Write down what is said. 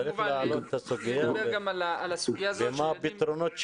צריך להעלות את הסוגיה ומה הפתרונות שלהם.